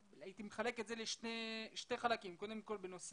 הייתי מחלק את זה לשני חלקים, קודם כל בנושא